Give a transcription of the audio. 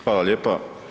Hvala lijepa.